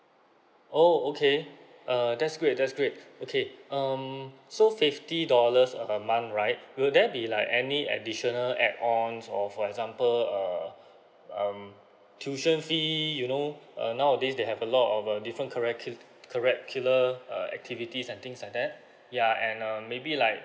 oh okay uh that's great that's great okay um so fifty dollars a month right will there be like any additional add ons or for example uh um tuition fee you know uh nowadays they have a lot of uh different curricu~ curricular uh activities and things like that yeah and um maybe like